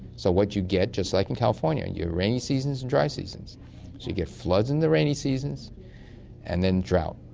so what you get, just like in california, and your rainy seasons and dry seasons. so you get floods in the rainy seasons and then drought.